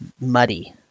muddy